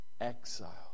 exile